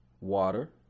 Water